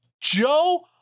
Joe